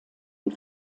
die